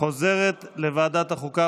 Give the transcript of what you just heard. חוזרת לוועדת החוקה,